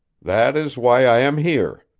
that is why i am here,